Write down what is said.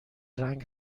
رنگ